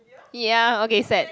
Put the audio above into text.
ya okay set